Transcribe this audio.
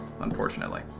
Unfortunately